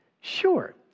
Sure